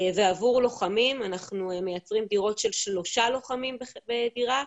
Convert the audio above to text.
ועבור לוחמים אנחנו מייצרים דירות של שלושה לוחמים בדירה,